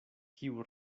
kiu